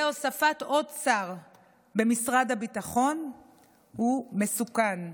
הוספת עוד שר במשרד הביטחון הוא מסוכן.